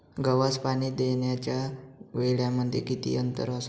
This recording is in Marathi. गव्हास पाणी देण्याच्या वेळांमध्ये किती अंतर असावे?